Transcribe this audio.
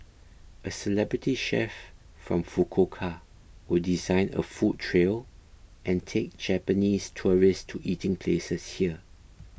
a celebrity chef from Fukuoka will design a food trail and take Japanese tourists to eating places here